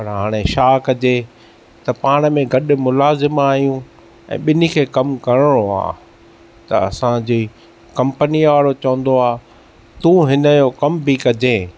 पर हाणे छा कजे त पाण में गॾु मुलाज़िम आहियूं ऐ ॿिन्ही खे कमु करणो आहे त असांजी कम्पनीअ वारो चवंदो आहे तूं हिनयो कमु बि कजईं